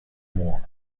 moore